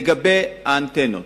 לגבי האנטנות,